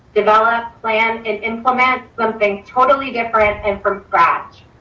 develop, plan and implement something totally different and from scratch.